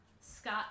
Scott